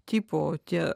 tipų tie